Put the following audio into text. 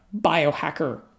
biohacker